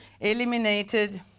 Eliminated